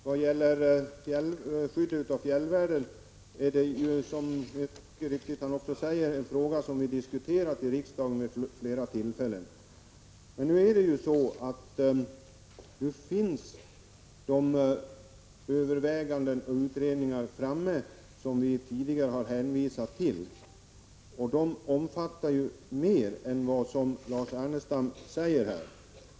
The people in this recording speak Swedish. Fru talman! Som Lars Ernestam mycket riktigt säger, har frågan om skyddet av fjällvärlden diskuterats i riksdagen vid flera tillfällen. Nu finns de överväganden och utredningar framme som vi tidigare har efterlyst, och de omfattar mer än vad Lars Ernestam säger.